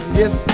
yes